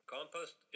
Compost